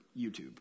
YouTube